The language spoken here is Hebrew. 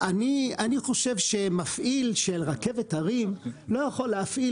אני חושב שמפעיל של רכבת הרים לא יכול להפעיל